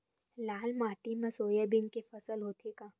लाल माटी मा सोयाबीन के फसल होथे का?